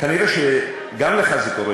כנראה גם לך זה קורה,